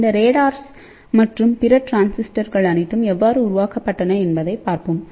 இந்த ரேடார்கள் மற்றும் பிற டிரான்சிஸ்டர்கள் அனைத்தும் எவ்வாறு உருவாக்கப்பட்டன என்பதைப் பார்ப்போம்